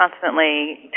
constantly